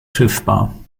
schiffbar